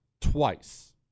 twice